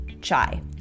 chai